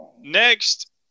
Next